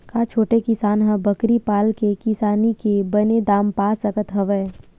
का छोटे किसान ह बकरी पाल के किसानी के बने दाम पा सकत हवय?